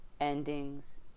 endings